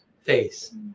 face